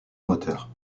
moteur